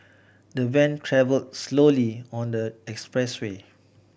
the van travelled slowly on the expressway